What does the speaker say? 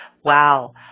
wow